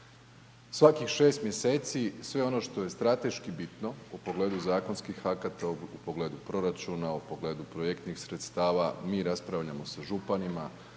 Svakih 6 mj. i sve ono što je strateški bitno, u pogledu zakonskih akata, u pogledu proračuna, u pogledu projektnih sredstava, mi raspravljamo sa županima,